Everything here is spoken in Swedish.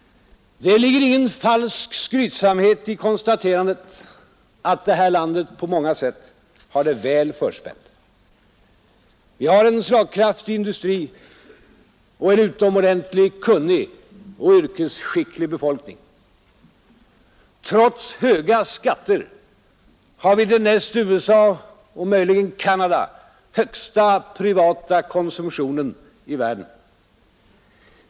Det ligger ingen falsk skrytsamhet i konstaterandet att det här landet på många sätt har det väl förspänt. Vi har en slagkraftig industri och en utomordentligt kunnig och yrkesskicklig befolkning. Trots höga skatter har vi den näst USA och möjligen Canada högsta privata konsumtionen i världen.